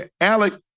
Alex